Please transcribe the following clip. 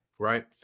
right